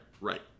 Right